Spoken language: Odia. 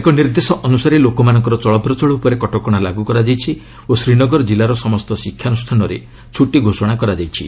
ଏକ ନିର୍ଦ୍ଦେଶ ଅନୁସାରେ ଲୋକମାନଙ୍କର ଚଳପ୍ରଚଳ ଉପରେ କଟକଣା ଲାଗୁ କରାଯାଇଛି ଓ ଶ୍ରୀନଗର ଜିଲ୍ଲାର ସମସ୍ତ ଶିକ୍ଷାନୁଷ୍ଠାନରେ ଛୁଟି ଘୋଷଣା କରାଯାଇଛି